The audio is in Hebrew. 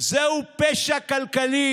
שיש לכולנו על הכתפיים.